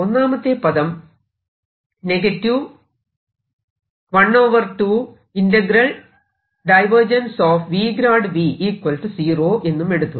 ഒന്നാമത്തെ പദം എന്നും എടുത്തു